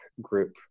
group